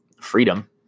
freedom